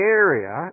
area